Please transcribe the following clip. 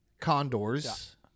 Condors